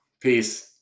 Peace